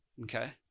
okay